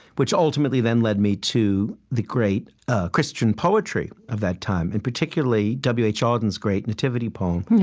which ultimately then led me to the great christian poetry of that time, and particularly w h. auden's great nativity poem,